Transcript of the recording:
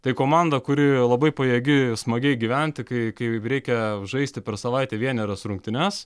tai komanda kuri labai pajėgi smagiai gyventi kai kai reikia žaisti per savaitę vienerias rungtynes